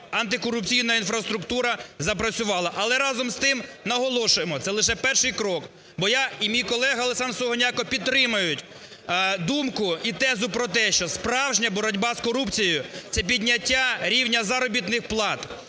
антикорупційна інфраструктура запрацювала. Але, разом з тим, наголошуємо, це лише перший крок. Бо я і мій колега Олександр Сугоняко підтримують думку і тезу про те, що справжня боротьба з корупцією – це підняття рівня заробітних плат,